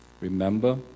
Remember